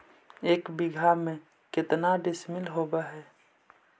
एक बीघा में केतना डिसिमिल होव हइ?